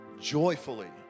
joyfully